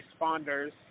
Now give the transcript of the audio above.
responders